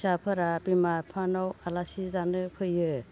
फिसाफोरा बिमा बिफानाव आलासि जानो फैयो